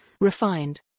refined